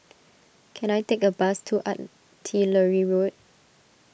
can I take a bus to Artillery Road